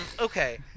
Okay